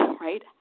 right